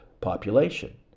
population